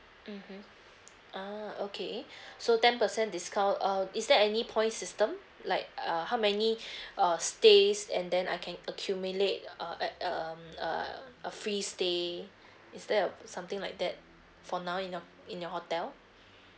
mmhmm ah okay so ten percent discount uh is there any points system like uh how many uh stays and then I can accumulate uh at um a a free stay is there uh something like that for now in your in your hotel